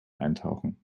eintauchen